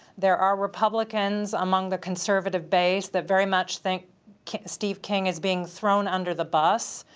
there are republicans among the conservative base that very much think steve king is being thrown under the bus.